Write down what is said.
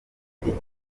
igifu